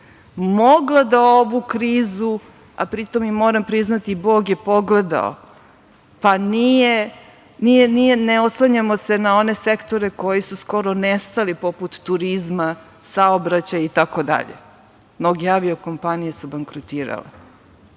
mogla da ovu krizu, a pri tome moram priznati, Bog je pogledao, pa ne oslanjamo se na one sektore koji su skoro nestali poput turizma, saobraćaja itd. Mnoge avio-kompanije su bankrotirale,